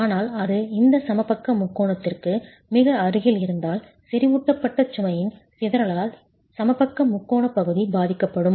ஆனால் அது இந்த சமபக்க முக்கோணத்திற்கு மிக அருகில் இருந்தால் செறிவூட்டப்பட்ட சுமையின் சிதறலால் சமபக்க முக்கோணப் பகுதி பாதிக்கப்படும்